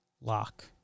Lock